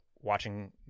watching